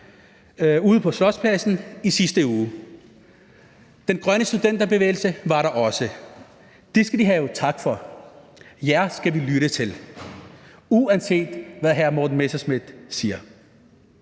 ude på Slotspladsen i sidste uge. Den Grønne Studenterbevægelse var der også; det skal de have tak for. Jer skal vi lytte til, uanset hvad hr. Morten Messerschmidt siger.